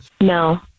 No